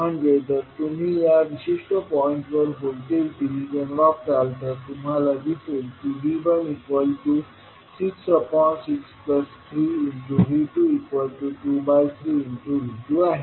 म्हणजे जर तुम्ही या विशिष्ट पॉईंटवर व्होल्टेज डिव्हिजन वापराल तर तुम्हाला दिसेल V166 3V223V2 आहे